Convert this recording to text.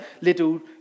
little